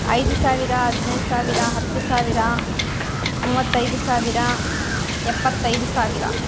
ಐದು ಸಾವಿರ ಹದಿನೈದು ಸಾವಿರ ಹತ್ತು ಸಾವಿರ ಮೂವತ್ತೈದು ಸಾವಿರ ಎಪ್ಪತ್ತೈದು ಸಾವಿರ